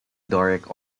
doric